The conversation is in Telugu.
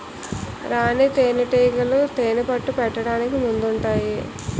రాణీ తేనేటీగలు తేనెపట్టు పెట్టడానికి ముందుంటాయి